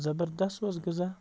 زبردَس اوس غذا